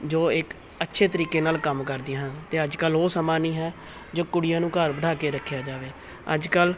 ਜੋ ਇੱਕ ਅੱਛੇ ਤਰੀਕੇ ਨਾਲ ਕੰਮ ਕਰਦੀਆਂ ਹਨ ਅਤੇ ਅੱਜ ਕੱਲ੍ਹ ਉਹ ਸਮਾਂ ਨਹੀਂ ਹੈ ਜੋ ਕੁੜੀਆਂ ਨੂੰ ਘਰ ਬਿਠਾ ਕੇ ਰੱਖਿਆ ਜਾਵੇ ਅੱਜ ਕੱਲ੍ਹ